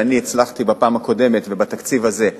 ואני הצלחתי בפעם הקודמת ובתקציב הזה,